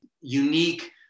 unique